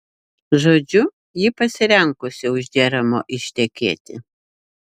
žodžiu ji pasirengusi už džeromo ištekėti